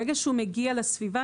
ברגע שהוא מגיע לסביבה,